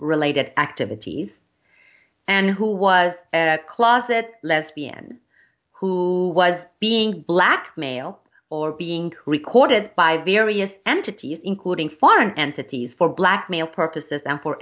related activities and who was a closet lesbian who was being blackmailed or being recorded by various entities including foreign entities for blackmail purposes and for